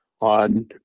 on